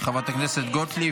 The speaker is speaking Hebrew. חברת הכנסת גוטליב,